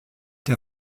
der